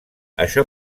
això